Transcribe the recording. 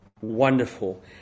wonderful